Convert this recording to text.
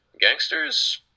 Gangsters